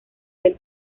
del